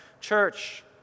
church